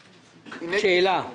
שאלה.